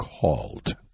called